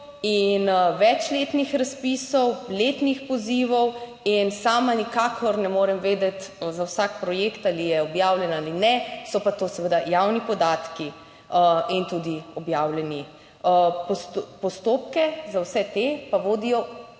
in večletnih razpisov, letnih pozivov in sama nikakor ne morem vedeti za vsak projekt ali je objavljen ali ne, so pa to seveda javni podatki in tudi objavljeni. Postopke za vse te pa vodijo